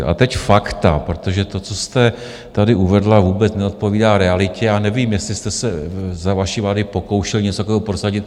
A teď fakta, protože to, co jste tady uvedla, vůbec neodpovídá realitě, a nevím, jestli jste se za vaší vlády pokoušeli něco takového prosadit.